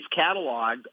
cataloged